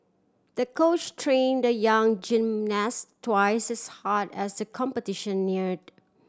the coach train the young gymnast twice as hard as the competition neared